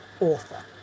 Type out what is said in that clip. author